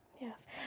Yes